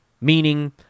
meaning